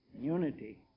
Unity